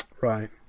Right